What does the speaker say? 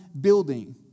building